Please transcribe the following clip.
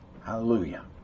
Hallelujah